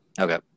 Okay